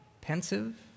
pensive